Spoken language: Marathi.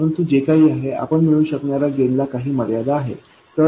परंतु जे काही आहे आपण मिळवू शकणाऱ्या गेन ला काही मर्यादा आहे